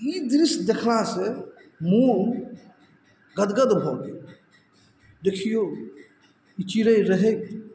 ई दृश्य देखलासँ मोन गदगद भऽ गेल देखियौ ई चिड़य रहैत